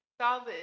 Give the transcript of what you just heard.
Solid